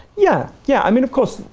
yeah, yeah, i mean, of course,